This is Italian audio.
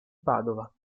padova